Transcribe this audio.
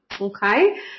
okay